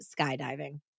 skydiving